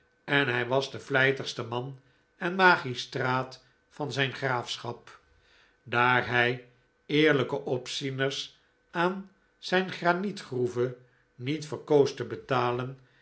en hij was de vlijtigste man en magistraat van zijn graafschap daar hij eerlijkc opzieners aan zijn granietgroeve niet verkoos te betalen